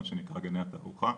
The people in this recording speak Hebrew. מה שנקרא גני התערוכה.